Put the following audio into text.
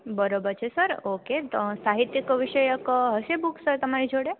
બરોબર છે sir okay તો સાહિત્ય કવિ વિષયક બુક હશે તમારી જોડે